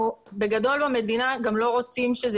בגדול במדינה אנחנו גם לא רוצים שזה